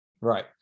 right